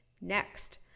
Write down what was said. next